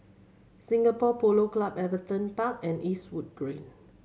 Singapore Polo Club Everton Park and Eastwood Green